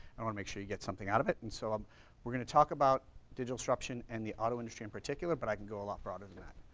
i wanna make sure you get something out of it. and so um we're gonna talk about digital disruption in and the auto industry in particular, but i can go a lot broader than that.